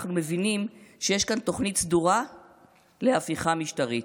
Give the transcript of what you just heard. אנחנו מבינים שיש כאן תוכנית סדורה להפיכה משטרית.